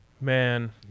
man